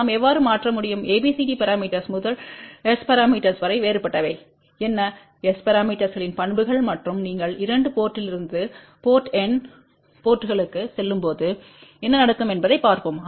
நாம் எவ்வாறு மாற்ற முடியும் ABCD பரமீட்டர்ஸ் முதல் S பரமீட்டர்ஸ் வரை வேறுபட்டவை என்ன S பரமீட்டர்ஸ்ளின் பண்புகள் மற்றும் நீங்கள் 2 போர்ட்லிருந்து n போர்ட்களுக்குச் செல்லும்போது என்ன நடக்கும் என்பதையும் பார்ப்போம்